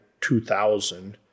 2000